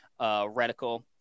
reticle